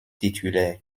titulaire